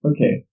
Okay